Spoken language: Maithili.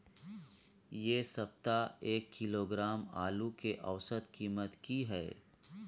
ऐ सप्ताह एक किलोग्राम आलू के औसत कीमत कि हय?